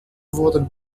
wurden